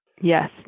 Yes